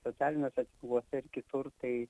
socialiniuose tinkluose ir kitur tai